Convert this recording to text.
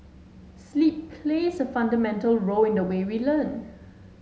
sleep plays a fundamental role in the way we learn